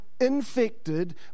infected